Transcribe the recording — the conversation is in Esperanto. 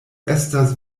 estas